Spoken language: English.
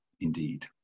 indeed